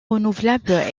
renouvelable